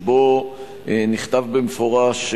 שבה נכתב במפורש,